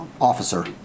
Officer